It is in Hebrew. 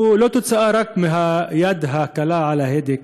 הוא לא רק תוצאה של היד הקלה על ההדק,